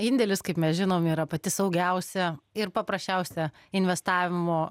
indėlis kaip mes žinom yra pati saugiausia ir paprasčiausia investavimo